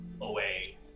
away